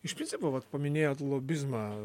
iš principo vat paminėjot lobizmą